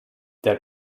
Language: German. der